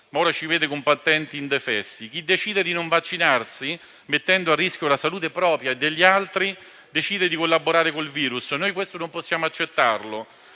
ma ora ci vede combattenti indefessi. Chi decide di non vaccinarsi, mettendo a rischio la salute propria e degli altri, decide di collaborare con il virus; e noi questo non possiamo accettarlo.